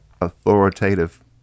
authoritative